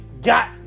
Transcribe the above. got